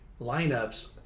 lineups